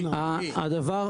רגע.